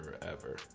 forever